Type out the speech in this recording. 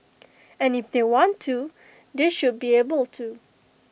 and if they want to they should be able to